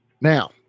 Now